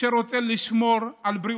שרוצה לשמור על בריאותו?